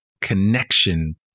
connection